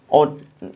oh